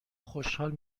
خوشحال